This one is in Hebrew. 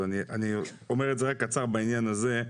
אז אני אומר את זה רק קצר בעניין הזה.